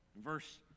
verse